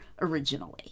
originally